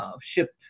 Ship